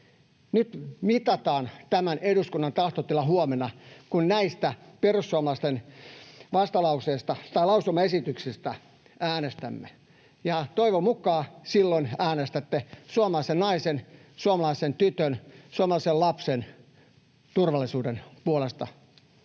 nyt mitataan tämän eduskunnan tahtotila huomenna, kun näistä perussuomalaisten lausumaesityksistä äänestämme, ja toivon mukaan silloin äänestätte suomalaisen naisen, suomalaisen tytön, suomalaisen lapsen turvallisuuden puolesta.